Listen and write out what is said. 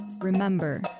Remember